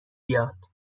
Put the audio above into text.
بیاد